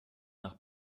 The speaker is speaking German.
nach